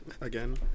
Again